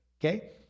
okay